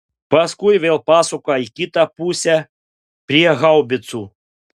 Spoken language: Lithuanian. paskui vėl pasuka į kitą pusę prie haubicų